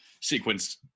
sequence